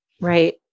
Right